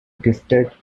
gifted